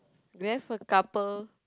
we have a couple